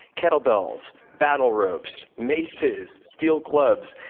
kettle bells, battle ropes, maces, steel clubs.